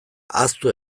ahaztu